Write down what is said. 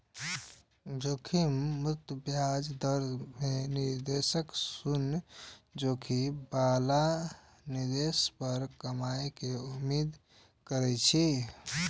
जोखिम मुक्त ब्याज दर मे निवेशक शून्य जोखिम बला निवेश पर कमाइ के उम्मीद करै छै